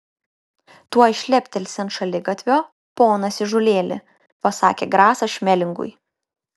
tuoj šleptelsi ant šaligatvio ponas įžūlėli pasakė grasas šmelingui